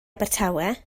abertawe